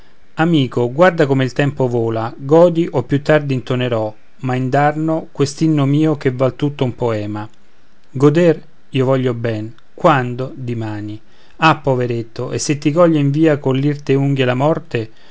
amico guarda come il tempo vola godi o più tardi intonerò ma indarno quest'inno mio che val tutto un poema goder io voglio ben quando dimani ah poveretto e se ti coglie in via coll'irte unghie la morte